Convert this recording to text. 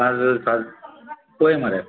आ सात पळय मरे